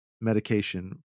medication